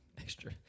extra